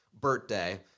birthday